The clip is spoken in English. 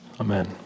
Amen